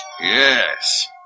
Yes